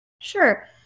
Sure